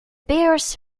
bears